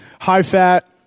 high-fat